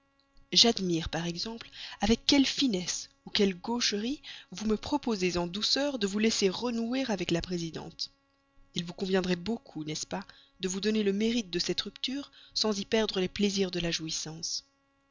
j'admire par exemple avec quelle finesse ou quelle gaucherie vous me proposez en douceur de vous laisser renouer avec la présidente il vous conviendrait beaucoup n'est-ce pas de vous donner le mérite de cette rupture sans y perdre les plaisirs de la jouissance